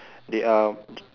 they are